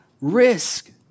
Risk